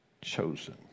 chosen